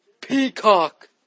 Peacock